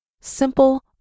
simple